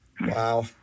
Wow